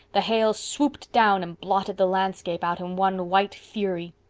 the hail swooped down and blotted the landscape out in one white fury.